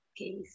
Okay